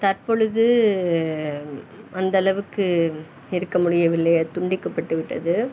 தற்பொழுது அந்தளவுக்கு இருக்க முடியவில்லை அது துண்டிக்கப்பட்டுவிட்டது